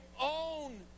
own